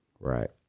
Right